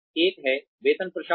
एक है वेतन प्रशासन